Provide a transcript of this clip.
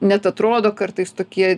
net atrodo kartais tokie